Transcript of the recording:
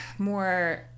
more